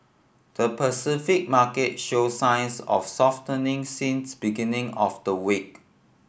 the Pacific market showed signs of softening since beginning of the week